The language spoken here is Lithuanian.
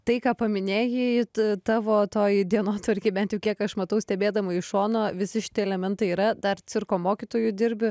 tai ką paminėjai t tavo toj dienotvarkėj bent jau kiek aš matau stebėdama iš šono visi šitie elementai yra dar cirko mokytoju dirbi